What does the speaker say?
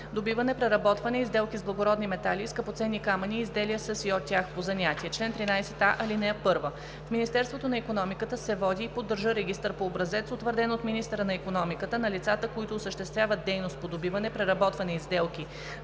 „Добиване, преработване и сделки с благородни метали и скъпоценни камъни и изделия със и от тях по занятие Чл. 13а. (1) В Министерството на икономиката се води и поддържа регистър по образец, утвърден от министъра на икономиката на лицата, които осъществяват дейност по добиване, преработване и сделки